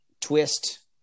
twist